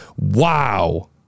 Wow